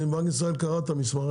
בנק ישראל קרא את המסמך.